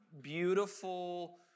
beautiful